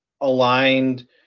aligned